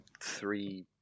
three